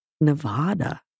Nevada